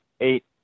eight